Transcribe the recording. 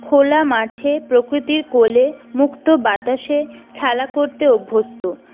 খোলা মাঠে প্রকৃতির কোলে মুক্ত বাতাসে খেলা করতে অভ্যস্ত